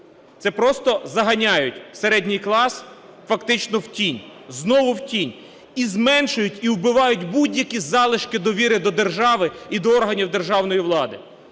Це просто заганяють середній клас фактично в тінь, знову в тінь, і зменшують, і вбивають будь-які залишки довіри до держави і до органів державної влади.